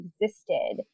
existed